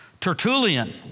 Tertullian